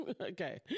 Okay